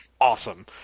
awesome